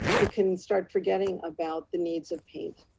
you can start forgetting about the needs of paint,